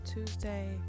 Tuesday